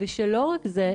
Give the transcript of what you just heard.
לא רק זה,